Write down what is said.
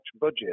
budget